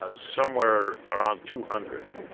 ah somewhere around two hundred